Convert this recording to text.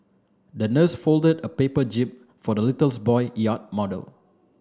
the nurse folded a paper jib for the little boy yacht model